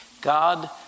God